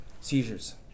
seizures